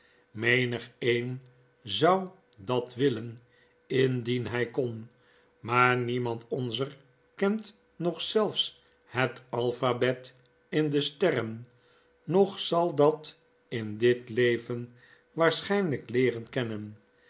menigeen zou dat willen indien hy kon maar niemand onzer kentnog zelfs het alphabet in de sterren noch zal dat in dit leven waarschijnlyk leeren kennen